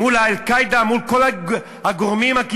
מול "הג'יהאד האסלאמי",